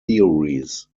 theories